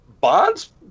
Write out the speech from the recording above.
Bonds